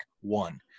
one